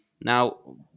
now